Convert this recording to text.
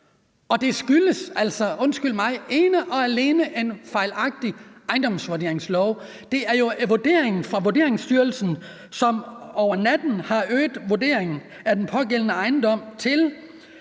undskyld mig, ene og alene en fejlagtig ejendomsvurderingslov. Det er jo Vurderingsstyrelsen, som over natten har øget vurderingen af den pågældende grundværdi